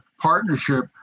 partnership